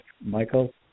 Michael